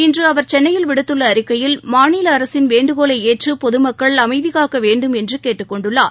இன்று அவர் சென்னையில் விடுத்துள்ள அறிக்கையில் மாநில அரசின் வேண்டுகோளை ஏற்று பொதுமக்கள் அமைதி காக்க வேண்டும் என்று கேட்டுக் கொண்டுள்ளார்